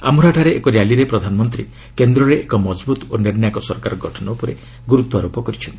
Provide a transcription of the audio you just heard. ଆମ୍ରୋହାଠାରେ ଏକ ର୍ୟାଲିରେ ପ୍ରଧାନମନ୍ତ୍ରୀ କେନ୍ଦ୍ରରେ ଏକ ମଜବୁତ୍ ଓ ନିର୍ଷାୟକ ସରକାର ଗଠନ ଉପରେ ଗୁରୁତ୍ୱାରୋପ କରିଛନ୍ତି